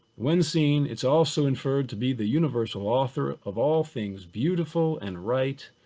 when seen it's also inferred to be the universal author of all things beautiful and right,